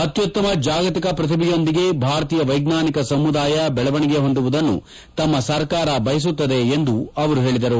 ಅತ್ಯುತ್ತಮ ಜಾಗತಿಕ ಪ್ರತಿಭೆಯೊಂದಿಗೆ ಭಾರತೀಯ ವೈಜ್ಞಾನಿಕ ಸಮುದಾಯ ಬೆಳವಣಿಗೆ ಹೊಂದುವುದನ್ನು ತಮ್ಮ ಸರ್ಕಾರ ಬಯಸುತ್ತದೆ ಎಂದು ಅವರು ಹೇಳಿದರು